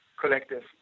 collective